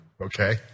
okay